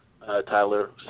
Tyler